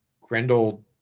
Grendel